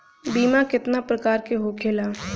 बीमा केतना प्रकार के होखे ला?